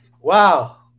Wow